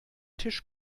tisch